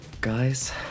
guys